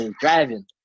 driving